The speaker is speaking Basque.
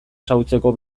xahutzeko